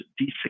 D6